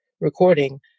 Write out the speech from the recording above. recording